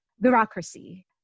bureaucracy